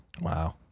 wow